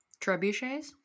trebuchets